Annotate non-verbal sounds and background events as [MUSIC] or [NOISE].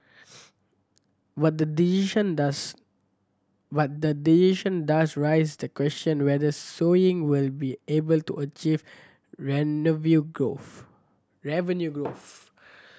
but the decision does but the decision does rise the question whether sewing will be able to achieve [UNINTELLIGIBLE] view growth revenue growth